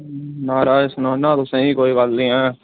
महाराज सनाना तुसेगी कोई गल्ल नेई ऐ